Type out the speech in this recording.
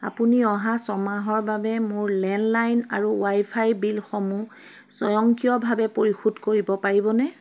আপুনি অহা ছমাহৰ বাবে মোৰ লেণ্ডলাইন আৰু ৱাইফাইৰ বিলসমূহ স্বয়ংক্ৰিয়ভাৱে পৰিশোধ কৰিব পাৰিবনে